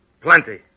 Plenty